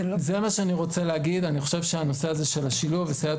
זה מה שאני רוצה להגיד אני חושב שהנושא הזה של השילוב וסייעות